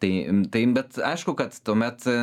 tai tai bet aišku kad tuomet